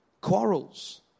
quarrels